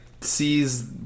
sees